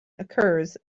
occurs